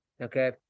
Okay